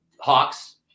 Hawks